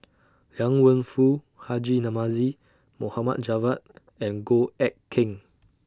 Liang Wenfu Haji Namazie Mohammad Javad and Goh Eck Kheng